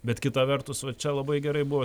bet kita vertus va čia labai gerai buvo